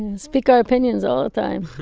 speak our opinions all the time.